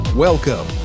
Welcome